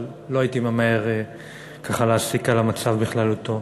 אבל לא הייתי ממהר ככה להסיק על המצב בכללותו.